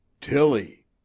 tilly